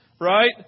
right